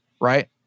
right